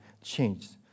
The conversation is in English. changed